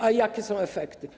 A jakie są efekty?